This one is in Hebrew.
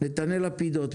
נתנאל לפידות,